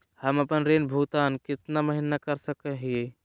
हम आपन ऋण भुगतान कितना महीना तक कर सक ही?